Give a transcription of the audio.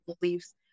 beliefs